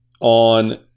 on